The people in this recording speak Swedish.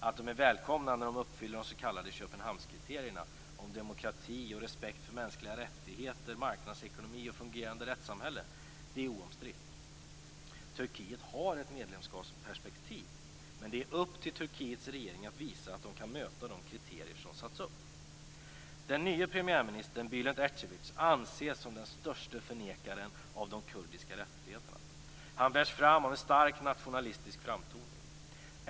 Att det är välkommet när det uppfyller de s.k. Köpenhamnskriterierna om demokrati, respekt för mänskliga rättigheter, marknadsekonomi och fungerande rättssamhälle är oomstritt. Turkiet har ett medlemskapsperspektiv. Men det är upp till Turkiets regering att visa att den möta de kriterier som satts upp. Den nye premiärministern Bülent Ecevit anses som den anses som den störste förnekaren av de kurdiska rättigheterna. Han bärs fram av en stark nationalistisk framtoning.